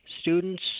students